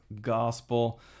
gospel